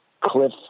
Cliff